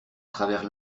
travers